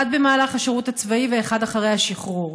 אחד במהלך השירות הצבאי ואחד אחרי השחרור.